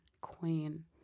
Queen